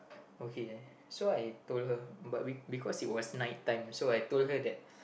okay so I told her but we because it was night time so I told her that